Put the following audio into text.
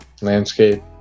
landscape